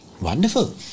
Wonderful